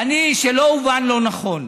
שלא אובן לא נכון,